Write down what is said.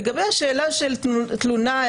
לגבי השאלה של תלונה,